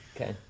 Okay